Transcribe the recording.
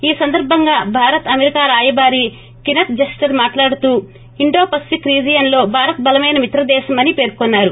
ఈ సందర్బంగా భారత్ అమెరికా రాయబారి కినత్ జస్టర్ మాట్లాడుతూ ఇండో పసిఫిక్ రిజియన్ లో భారత్ బలమైన మిత్ర దేశం అని పర్కొన్నారు